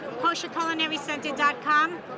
kosherculinarycenter.com